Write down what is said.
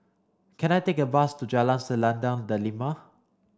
can I take a bus to Jalan Selendang Delima